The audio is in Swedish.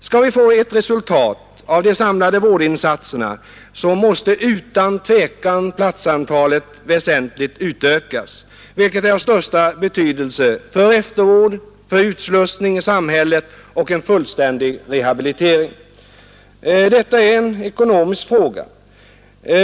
Skall vi få ett resultat av de samlade vårdinsatserna, så måste utan tvivel platsantalet väsentligt utökas, vilket är av största betydelse för eftervård, utslussning i samhället och en fullständig rehabilitering. Detta är en ekonomisk fråga.